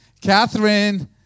Catherine